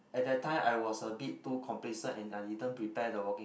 at that time I was a bit too complacent and I didn't prepare the walking